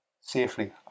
safely